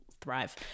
thrive